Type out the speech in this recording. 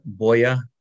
Boya